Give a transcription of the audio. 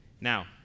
Now